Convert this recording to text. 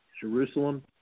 Jerusalem